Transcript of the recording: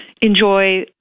enjoy